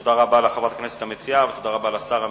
תודה רבה לחברת הכנסת המציעה ותודה לשר המשיב.